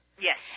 Yes